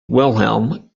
wilhelm